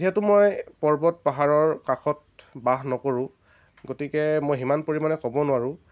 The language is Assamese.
যিহেতু মই পৰ্বত পাহাৰৰ কাষত বাস নকৰোঁ গতিকে মই সিমান পৰিমাণে ক'ব নোৱাৰোঁ